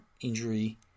injury